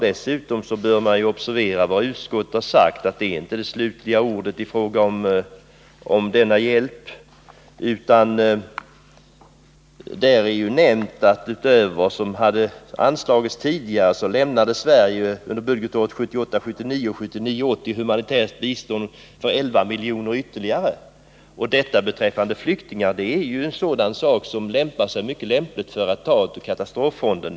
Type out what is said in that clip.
Dessutom bör man observera utskottets uttalande att detta inte är sista ordet beträffande denna hjälp. Det skrivs ju i utskottsbetänkandet att utöver vad som tidigare anslagits lämnade Sverige under budgetåren 1978 80 ytterligare 11 milj.kr. i humanitärt bistånd. När det gäller hjälp till flyktingar är det mycket lämpligt att ta medel ur katastroffonden.